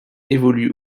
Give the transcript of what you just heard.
évolue